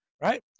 right